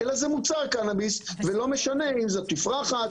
אלא זה מוצר קנאביס ולא משנה אם זה תפרחת,